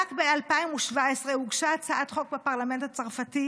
רק ב-2017 הוגשה הצעת חוק בפרלמנט הצרפתי